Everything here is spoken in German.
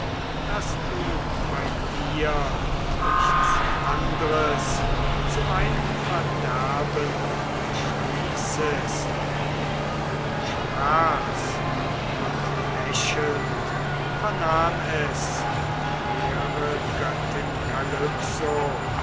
daß du bei dir nichts andres zu meinem verderben beschließest sprach's und lächelnd vernahm es die hehre göttin